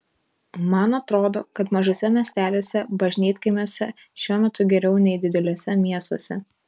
man atrodo kad mažuose miesteliuose bažnytkaimiuose šiuo metu geriau nei dideliuose miestuose